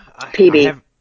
PB